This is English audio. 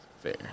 Fair